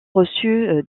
reçu